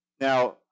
Now